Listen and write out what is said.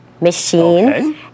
machine